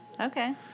Okay